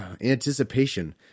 anticipation